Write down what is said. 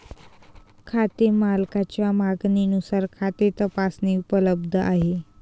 खाते मालकाच्या मागणीनुसार खाते तपासणी उपलब्ध आहे